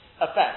effect